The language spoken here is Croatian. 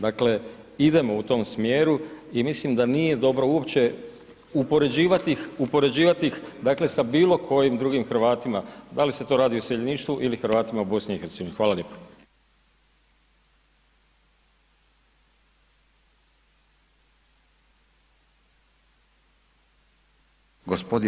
Dakle, idemo u tom smjeru i mislim da nije dobro uopće upoređivati sa bilokojim drugim Hrvatima, da li se to radi o iseljeništvu ili Hrvatima u BiH-u, hvala lijepo.